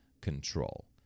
control